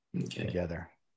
together